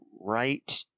right